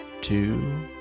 two